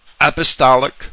apostolic